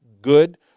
good